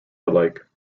alike